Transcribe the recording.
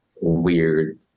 weird